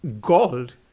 gold